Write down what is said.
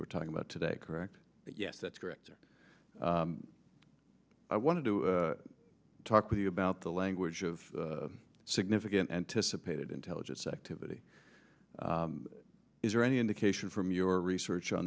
we're talking about today correct yes that's correct or i wanted to talk with you about the language of significant anticipated intelligence activity is there any indication from your research on